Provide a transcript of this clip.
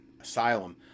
asylum